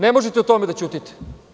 Ne možete o tome da ćutite.